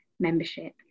membership